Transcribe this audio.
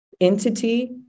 entity